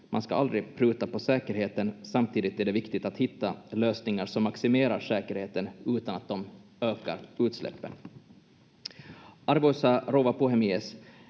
Man ska aldrig pruta på säkerheten. Samtidigt är det viktigt att hitta lösningar som maximerar säkerheten utan att de ökar utsläppen. Arvoisa rouva puhemies!